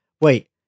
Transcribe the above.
wait